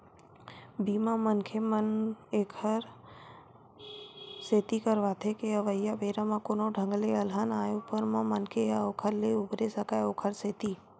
बीमा, मनखे मन ऐखर सेती करवाथे के अवइया बेरा म कोनो ढंग ले अलहन आय ऊपर म मनखे ह ओखर ले उबरे सकय ओखर सेती